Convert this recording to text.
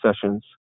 sessions